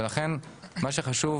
לכן מה שחשוב,